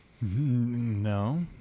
No